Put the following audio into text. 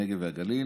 הנגב והגליל.